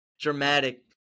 dramatic